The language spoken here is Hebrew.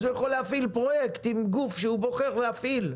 אז הוא יכול להפעיל פרויקט עם גוף שהוא בוחר להפעיל.